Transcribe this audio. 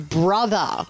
brother